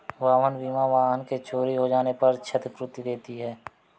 वाहन बीमा वाहन के चोरी हो जाने पर क्षतिपूर्ति देती है